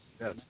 yes